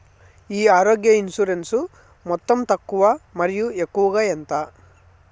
ఈ ఆరోగ్య ఇన్సూరెన్సు మొత్తం తక్కువ మరియు ఎక్కువగా ఎంత?